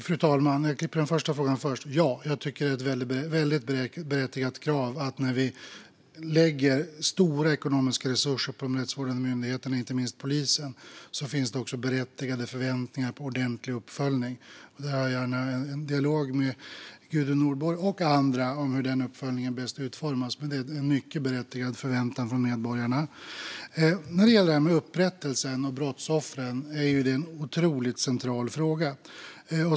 Fru talman! Jag börjar med den sista frågan. Ja, när vi lägger stora ekonomiska resurser på de rättsvårdande myndigheterna, inte minst polisen, finns det också berättigade förväntningar på ordentlig uppföljning. Där har jag gärna en dialog med Gudrun Nordborg om hur den uppföljningen bäst utformas. Men det är en mycket berättigad förväntan från medborgarna. Detta med upprättelse för brottsoffer är en mycket central fråga.